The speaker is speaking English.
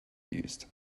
used